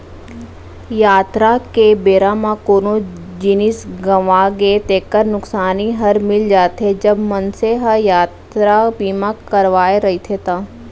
यातरा के बेरा म कोनो जिनिस गँवागे तेकर नुकसानी हर मिल जाथे, जब मनसे ह यातरा बीमा करवाय रहिथे ता